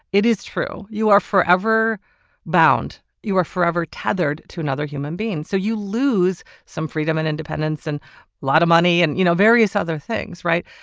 it is true you are forever bound. you are forever tethered to another human being so you lose some freedom and independence and a lot of money and you know various other things right.